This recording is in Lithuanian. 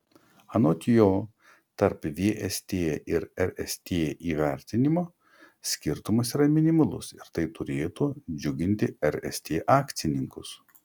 anot jo tarp vst ir rst įvertinimo skirtumas yra minimalus ir tai turėtų džiuginti rst akcininkus